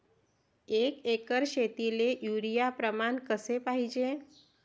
एक एकर शेतीले युरिया प्रमान कसे पाहिजे?